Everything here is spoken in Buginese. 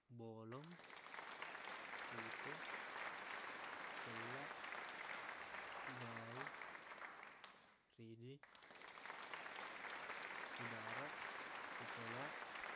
Bolong fute cellaq gauq ridi kudaraq sikolaq